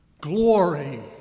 Glory